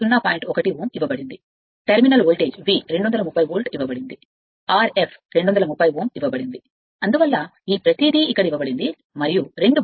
1 ఇవ్వబడింది terminal voltage V 230 volt ఇవ్వబడింది Rf 230 Ω ఇస్తుంది అందువల్ల ఈ ప్రతిదీ వాస్తవానికి ఇక్కడ ఉంచండి మరియు 2 బ్రష్లు ఉన్నాయి